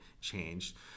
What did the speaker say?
changed